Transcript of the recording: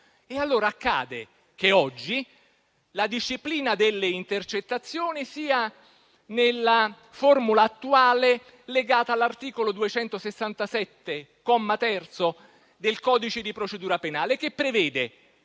allora che oggi la disciplina delle intercettazioni sia, nella formula attuale, legata all'articolo 267, comma 3, del codice di procedura penale, che prevede